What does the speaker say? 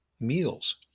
meals